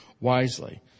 wisely